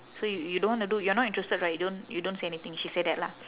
so y~ you don't wanna do you are not interested right you don't you don't say anything she say that lah